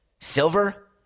Silver